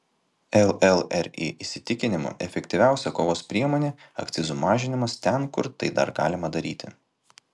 llri įsitikinimu efektyviausia kovos priemonė akcizų mažinimas ten kur tai dar galima daryti